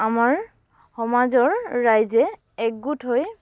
আমাৰ সমাজৰ ৰাইজে একগোট হৈ